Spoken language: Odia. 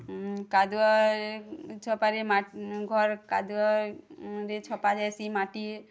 କାଦୁଆରେଛପାରେ ମାଟି ଘର କାଦୁଅରେ ଛପା ଯାସି ମାଟି